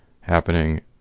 happening